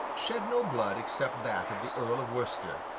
shed no blood except that of the earl of worcester,